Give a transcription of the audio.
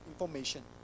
information